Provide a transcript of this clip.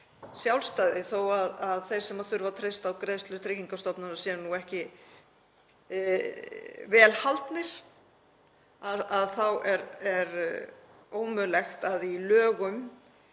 sjálfstæði. Þó að þeir sem þurfa að treysta á greiðslur Tryggingastofnunar séu nú ekki vel haldnir þá er ómögulegt að í lögum